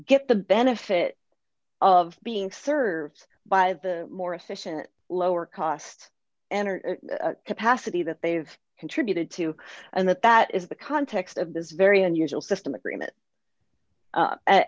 get the benefit of being served by the more efficient lower cost energy capacity that they have contributed to and that that is the context of this very unusual system agreement